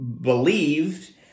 believed